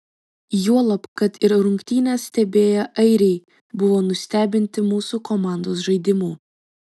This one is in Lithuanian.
juolab kad ir rungtynes stebėję airiai buvo nustebinti mūsų komandos žaidimu